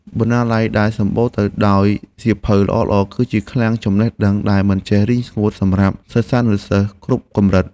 បណ្ណាល័យដែលសំបូរទៅដោយសៀវភៅល្អៗ គឺជាឃ្លាំងចំណេះដឹងដែលមិនចេះរីងស្ងួតសម្រាប់សិស្សានុសិស្សគ្រប់កម្រិត។